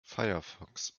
firefox